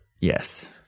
yes